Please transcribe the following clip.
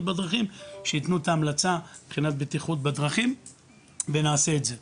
בדרכים שייתנו את ההמלצה מבחינת בטיחות בדרכים ונעשה את זה.